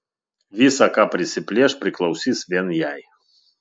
visa ką prisiplėš priklausys vien jai